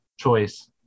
Choice